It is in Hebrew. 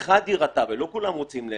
אחד יירתע ולא כולם רוצים למות,